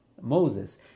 Moses